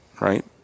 right